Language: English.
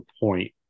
point